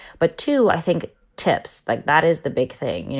but to i think tips like that is the big thing. you know,